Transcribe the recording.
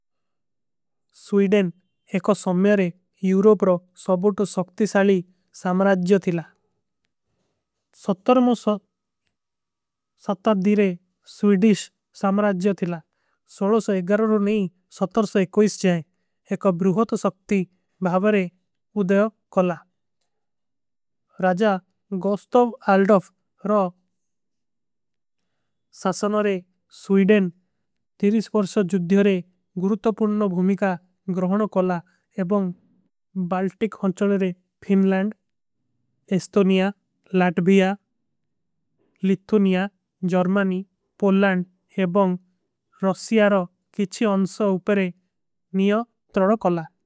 ସ୍ଵୀଡେନ ଏକ ସମଯରେ ଯୂରୋପରୋ ସବୋଟ ସକ୍ତିସାଲୀ ସାମରାଜ୍ଯୋ ଥିଲା। ସତ୍ତରମସ ସତ୍ତାଧୀରେ ସ୍ଵୀଡିଶ ସାମରାଜ୍ଯୋ ଥିଲା ସୌଲୋ ସୌଯ ଗରରୋ। ନହୀଂ ସତ୍ତର ସୌଯ କୋଈଶ୍ଚେହେ ଏକ ବ୍ରୁହୋତ ସକ୍ତି ଭାଵରେ ଉଦଯୋ କଲା। ରାଜା ଗୌସ୍ଟଵ ଆଲ୍ଡଫ ରୋ ସାସନରେ ସ୍ଵୀଡେନ ତୀରିଶପର୍ଶ ଜୁଧ୍ଯରେ। ଗୁରୁତ ପୁର୍ଣ ଭୁମିକା ଗରହନୋ କଲା ଏବଂଗ ବାଲ୍ଟିକ ହଂଚଲେରେ। Finland, Estonia, Latvia, Lithuania, Germany. Poland ଏବଂଗ ରୋସିଯାରୋ କିଛୀ ଅଂସୋ ଉପରେ ନିଯୋ ତରଡୋ କଲା।